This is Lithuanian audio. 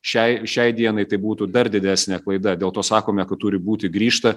šiai šiai dienai tai būtų dar didesnė klaida dėl to sakome kad turi būti grįžta